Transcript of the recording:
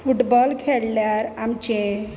football खेळ्ळ्यार आमचें